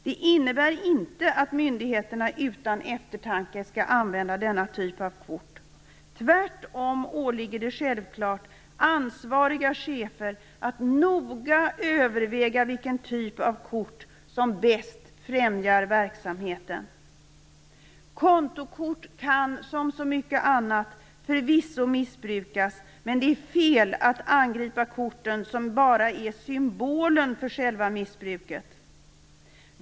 Det innebär inte att myndigheterna utan eftertanke skall använda denna typ av kort. Tvärtom åligger det självklart ansvariga chefer att noga överväga vilken typ av kort som bäst främjar verksamheten. Kontokort kan som så mycket annat förvisso missbrukas. Men det är fel att angripa korten, som bara är symbolen för själva missbruket.